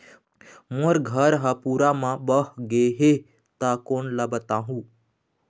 मोर घर हा पूरा मा बह बह गे हे हे ता कोन ला बताहुं?